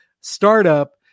startup